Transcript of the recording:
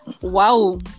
Wow